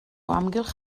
amgylch